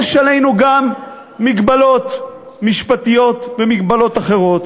יש עלינו גם מגבלות משפטיות ומגבלות אחרות.